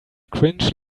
cringe